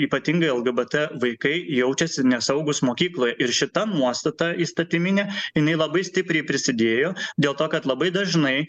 ypatingai lgbt vaikai jaučiasi nesaugūs mokykloje ir šita nuostata įstatyminė jinai labai stipriai prisidėjo dėl to kad labai dažnai